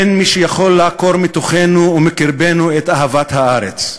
אין מי שיכול לעקור מתוכנו ומקרבנו את אהבת הארץ,